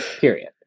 period